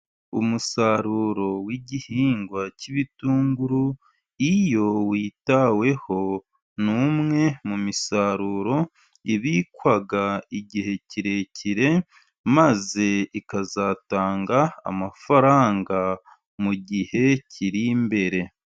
Umusaruro w'igihingwa cy'ibitunguru, iyo witaweho numwe mu misaruro ibikwa igihe kirekire, maze ikazatanga amafaranga mu gihe kiri imbere.